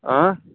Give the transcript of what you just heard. آ